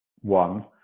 one